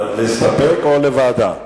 להסתפק או לוועדה?